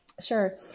Sure